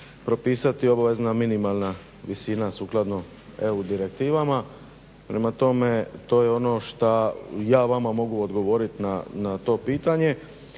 propisati obvezna minimalna visina sukladno EU direktivama, prema tome to je ono što ja vama mogu odgovorit na to pitanje.